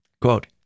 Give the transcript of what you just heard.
quote